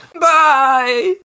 Bye